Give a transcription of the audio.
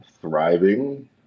thriving